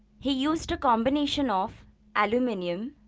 he used a combination of aluminium,